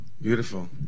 Beautiful